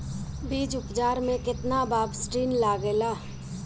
बीज उपचार में केतना बावस्टीन लागेला?